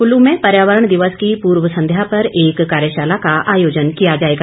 कल्लू में पर्यावरण दिवस की पूर्व संध्या पर एक कार्यशाला का आयोजन किया जाएगा